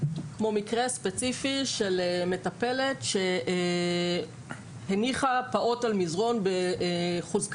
כמו מקרה ספציפי של מטפלת שהניחה פעוט על מזרן בחוזקה.